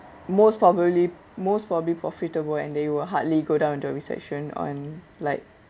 most probably most probably profitable and they will hardly go down into a recession and like